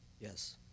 Yes